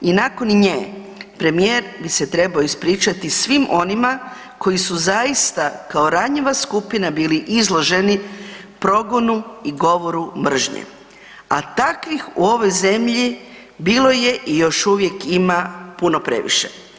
I nakon njega, premijer bi se trebao ispričati svim onima koji su zaista kao ranjiva skupina bili izloženi progonu i govoru mržnje a takvih u ovoj zemlji bilo je i još uvijek ima puno previše.